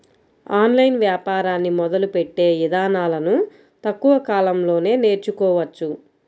online వ్యాపారాన్ని మొదలుపెట్టే ఇదానాలను తక్కువ కాలంలోనే నేర్చుకోవచ్చు